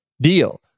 deal